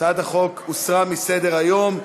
הצעת החוק הוסרה מסדר-היום.